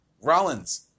Rollins